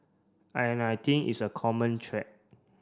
and I think it's a common thread